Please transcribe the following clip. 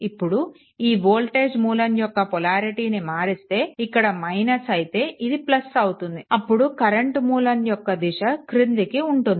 ఇప్పుడు ఈ వోల్టేజ్ మూలం యొక్క పొలారిటీని మారిస్తే ఇక్కడ - అయితే ఇది అవుతుంది అప్పుడు కరెంట్ మూలం యొక్క దిశ క్రిందికి ఉంటుంది